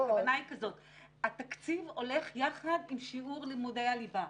הכוונה היא שהתקציב הולך יחד עם שיעור לימודי הליבה,